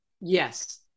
Yes